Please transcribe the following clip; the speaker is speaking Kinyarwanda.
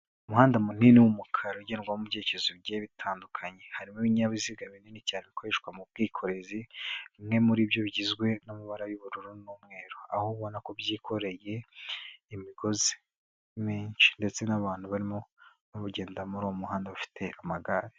Umuhanda munini w'umukara ugendwamo mu byereke bigiye bitandukanye, harimo ibinyabiziga binini cyane bikoreshwa mu bwikorezi, bimwe muri byo bigizwe n'amabara y'ubururu n'umweru, aho ubona ko byikoreye imigozi myinshi ndetse n'abantu barimo bari kugenda muri uwo muhanda bafite amagare.